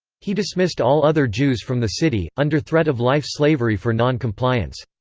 he dismissed all other jews from the city, under threat of life slavery for non-compliance.